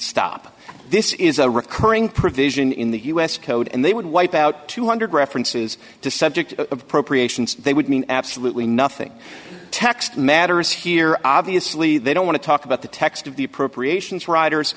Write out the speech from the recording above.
stop this is a recurring provision in the u s code and they would wipe out two hundred references to subject appropriations they would mean absolutely nothing text matters here obviously they don't want to talk about the text of the appropriations riders